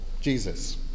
Jesus